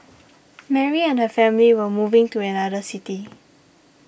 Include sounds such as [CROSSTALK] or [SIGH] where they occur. [NOISE] Mary and her family were moving to another city